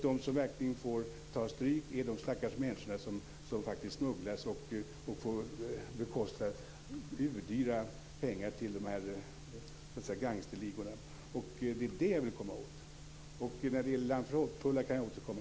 De som får ta stryk är de stackars människor som smugglas och får bekosta urdyra pengar till dessa gangsterligor. Det är det jag vill komma åt. Jag återkommer angående Land för hoppfulla.